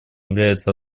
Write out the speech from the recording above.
является